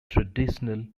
traditional